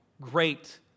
great